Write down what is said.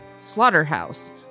slaughterhouse